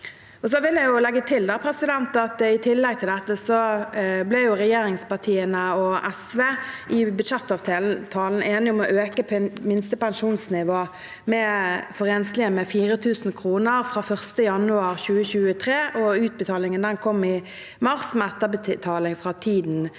til dette ble regjeringspartiene og SV i budsjettavtalen enige om å øke minste pensjonsnivå for enslige med 4 000 kr fra 1. januar 2023. Utbetalingen kom i mars, med etterbetaling fra tiden